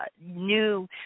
new